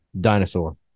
dinosaur